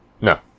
No